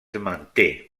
manté